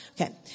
Okay